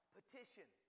Petition